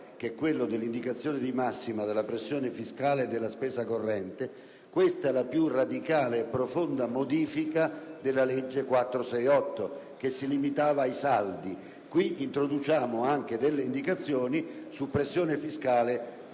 centrale dell'indicazione di massima della pressione fiscale e della spesa corrente. Questa è la più radicale e profonda modifica della legge n. 468, che si limitava ai saldi. In questo caso introduciamo anche delle indicazioni su pressione fiscale e spesa